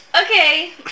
Okay